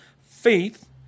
Faith